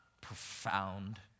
profound